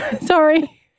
sorry